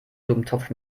blumentopf